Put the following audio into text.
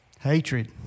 Hatred